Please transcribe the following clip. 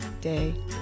day